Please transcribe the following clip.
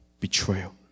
betrayal